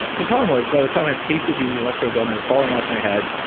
the problem was, by the time i pasted these electrodes on, they were falling off my head.